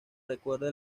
recuerda